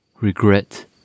regret